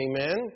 Amen